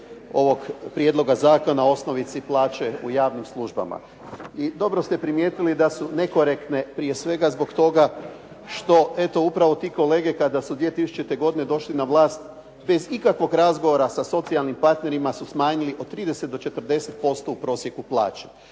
ovog prijedloga zakona o osnovici plaće u javnim službama. I dobro ste primijetili da su nekorektne prije svega zbog toga što upravo te kolege kada su 2000.godine došli na vlast, bez ikakvog razgovora sa socijalnim partnerima su smanjili od 30 do 40% u prosjeku plaće.